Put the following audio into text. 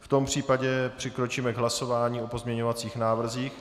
V tom případě přikročíme k hlasování o pozměňovacích návrzích.